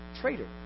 traitor